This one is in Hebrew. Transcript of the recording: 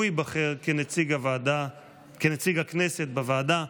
הוא ייבחר לנציג הכנסת בוועדה,